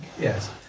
Yes